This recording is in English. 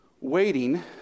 Waiting